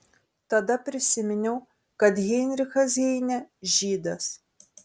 tada prisiminiau kad heinrichas heinė žydas